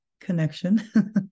connection